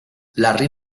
larry